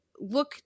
look